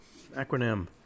acronym